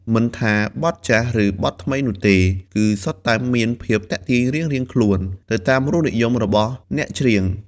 មិនថាបទចាស់ ឬបទថ្មីនោះទេ គឺសុទ្ធតែមានភាពទាក់ទាញរៀងៗខ្លួន ទៅតាមរសនិយមរបស់អ្នកច្រៀង។